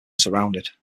surrounded